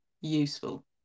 Useful